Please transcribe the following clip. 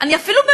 אני אפילו,